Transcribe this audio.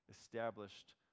established